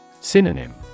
Synonym